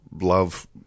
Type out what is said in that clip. love